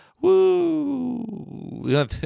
Woo